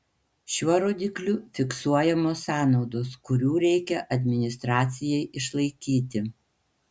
šiuo rodikliu fiksuojamos sąnaudos kurių reikia administracijai išlaikyti